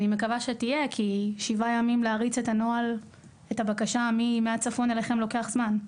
אני מקווה שתהיה כזו כי להריץ את הנוהל בשבעה ימים זה לוקח זמן.